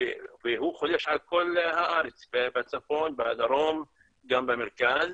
והוא חולש על כל הארץ בצפון, בדרום וגם במרכז.